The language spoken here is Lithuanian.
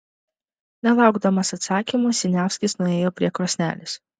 nelaukdamas atsakymo siniavskis nuėjo prie krosnelės